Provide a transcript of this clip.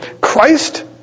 Christ